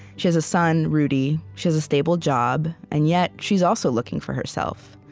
she has a son, rudy. she has a stable job, and yet, she's also looking for herself.